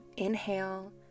Inhale